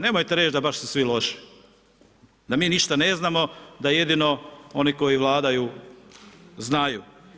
Nemojte reći da baš su svi loši, da mi ništa ne znamo, da jedino oni koji vladaju znaju.